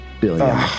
billion